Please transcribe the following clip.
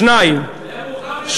שניים,